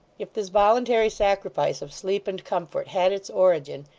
if this voluntary sacrifice of sleep and comfort had its origin,